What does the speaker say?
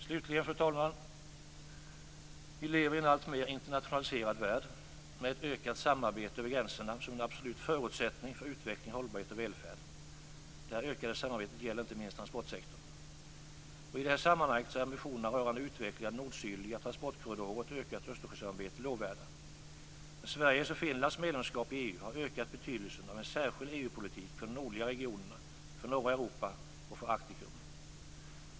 Slutligen, fru talman: Vi lever i en alltmer internationaliserad värld med ett ökat samarbete över gränserna som en absolut förutsättning för utveckling, hållbarhet och välfärd. Detta ökade samarbete gäller inte minst transportsektorn. I detta sammanhang är ambitionerna rörande utveckling av nord-sydliga transportkorridorer och ett ökat Östersjösamarbete lovvärda. Sveriges och Finlands medlemskap i EU har ökat betydelsen av en särskild EU-politik för de nordliga regionerna, för norra Europa och för Arktikum.